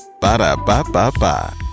Ba-da-ba-ba-ba